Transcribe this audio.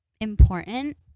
Important